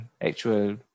actual